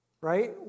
right